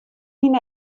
myn